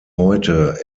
heute